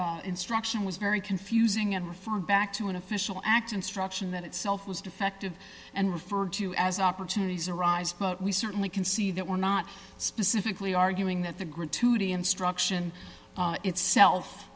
courts instruction was very confusing and refined back to an official act instruction that itself was defective and referred to as opportunities arise but we certainly can see that we're not specifically arguing that the gratuity instruction itself